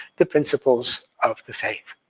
the principles of the faith.